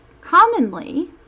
commonly